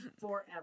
forever